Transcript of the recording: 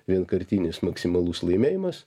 vienkartinis maksimalus laimėjimas